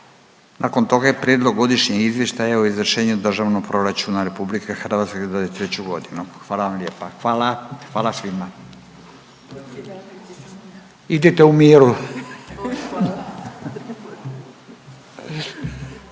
Nakon toga je Prijedlog godišnjeg izvještaja o izvršenju Državnog proračuna RH za '23.g.. Hvala vam lijepa, hvala, hvala svima. Idite u miru.